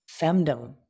femdom